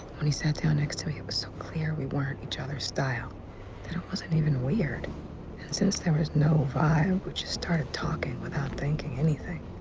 when he sat down next to me, it was so clear we weren't each other's style that it wasn't even weird. and since there was no vibe, we just started talking without thinking anything,